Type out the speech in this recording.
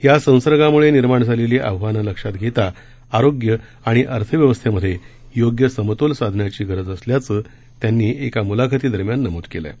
या संसर्गामुळे निर्माण झालेली आव्हानं लक्षात घेता आरोग्य आणि अर्थव्यवस्थेमधे योग्य समतोल साधण्याची गरज असल्याचं त्यांनी एका मुलाखती दरम्यान नमुद केलं आहे